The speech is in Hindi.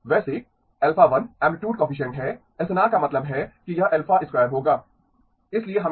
वैसे α 1 ऐमप्लितुड कोएफ़्फ़िसीएन्ट है एसएनआर का मतलब है कि यह α 2 होगा इसलिए हमें इसे लेना होगा